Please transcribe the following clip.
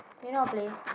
you know how to play